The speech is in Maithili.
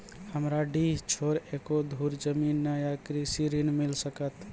हमरा डीह छोर एको धुर जमीन न या कृषि ऋण मिल सकत?